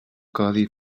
codi